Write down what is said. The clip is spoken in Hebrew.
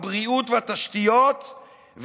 הבריאות והתשתיות,